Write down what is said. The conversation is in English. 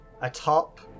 atop